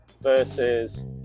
versus